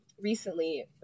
recently